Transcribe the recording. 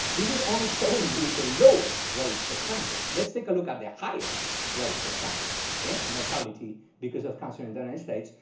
this is only showing you the lowest rates of cancer. let's take a look at the highest rates of cancer mortality, because of cancer in the united states.